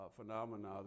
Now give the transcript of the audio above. phenomena